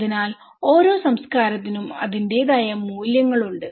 അതിനാൽ ഓരോ സംസ്കാരത്തിനും അതിന്റേതായ മൂല്യങ്ങളുണ്ട്